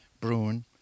Bruin